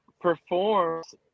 performs